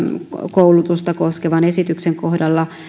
koulutusta koskevan esityksen kohdalla